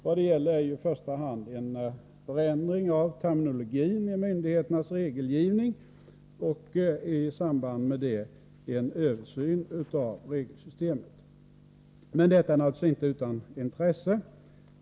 Vad det gäller är i huvudsak en förändring av terminologin när det gäller myndigheternas regelgivning och i samband därmed en översyn av regelsystemet. Men detta är naturligtvis inte utan intresse.